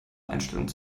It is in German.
einstellung